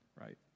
right